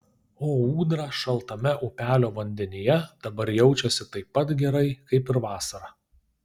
o ūdra šaltame upelio vandenyje dabar jaučiasi taip pat gerai kaip ir vasarą